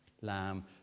lamb